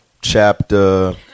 chapter